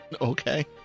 Okay